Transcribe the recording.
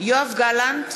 יואב גלנט,